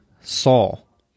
Saul